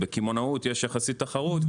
בקמעונאות יש יחסית תחרות,